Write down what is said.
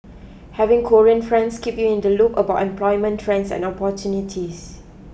having Korean friends keep you in the loop about employment trends and opportunities